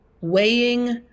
Weighing